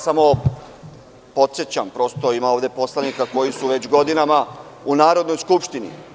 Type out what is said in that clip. Samo podsećam, prosto, ima ovde poslanika koji su već godinama u Narodnoj skupštini.